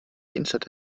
innenstadt